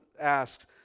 asked